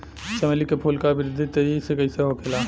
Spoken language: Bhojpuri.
चमेली क फूल क वृद्धि तेजी से कईसे होखेला?